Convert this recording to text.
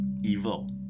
evil